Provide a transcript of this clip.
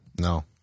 No